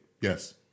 Yes